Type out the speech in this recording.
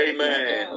Amen